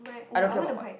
I don't care about mud